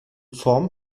form